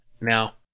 Now